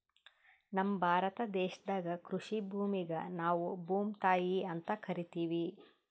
ನಮ್ ಭಾರತ ದೇಶದಾಗ್ ಕೃಷಿ ಭೂಮಿಗ್ ನಾವ್ ಭೂಮ್ತಾಯಿ ಅಂತಾ ಕರಿತಿವ್